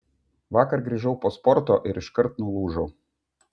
vakar grįžau po sporto ir iškart nulūžau